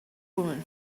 woman